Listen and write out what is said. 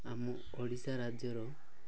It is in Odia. ଆମ ଓଡ଼ିଶା ରାଜ୍ୟର